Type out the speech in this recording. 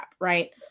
right